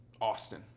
Austin